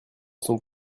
sont